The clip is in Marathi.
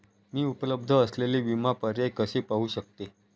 मी उपलब्ध असलेले विमा पर्याय कसे पाहू शकते?